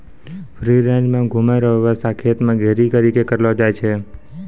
free range मे घुमै रो वेवस्था खेत के घेरी करी के करलो जाय छै